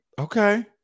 Okay